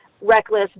reckless